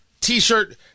t-shirt